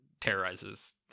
terrorizes